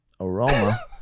aroma